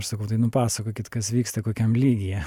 aš sakau tai nupasakokit kas vyksta kokiam lygyje